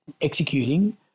Executing